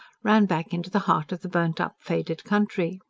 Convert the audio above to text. ran back into the heart of the burnt-up, faded country.